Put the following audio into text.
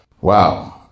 Wow